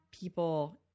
people